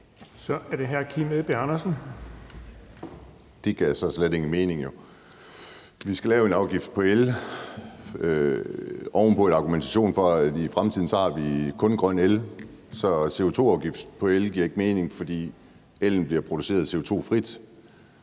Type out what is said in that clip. Kl. 13:18 Kim Edberg Andersen (NB): Det gav så slet ingen mening. Vi skal lave en afgift på el ud fra en argumentation om, at i fremtiden har vi kun grøn el. Så en CO2-afgift på el giver ikke mening, for ellen bliver produceret CO2-frit.